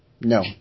No